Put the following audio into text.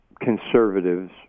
conservatives